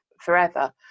forever